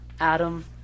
Adam